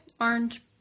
Orange